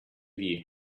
you